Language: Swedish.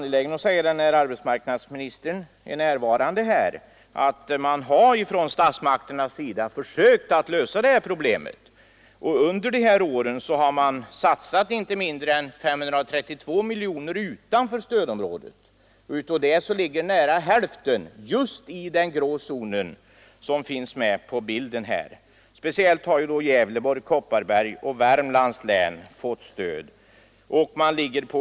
Eftersom arbetsmarknadsministern är närvarande är jag angelägen om att understryka att statsmakterna har försökt lösa problemet. Under de år stödverksamheten pågått har man satsat inte mindre än 532 miljoner utanför stödområdet, och av det ligger nära hälften just i den grå zonen. Speciellt har Gävleborgs, Kopparbergs och Värmlands län fått stöd.